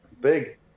big